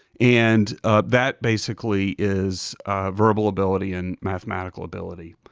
and that basically is verbal ability and mathematical ability,